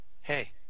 hey